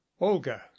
olga